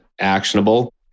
actionable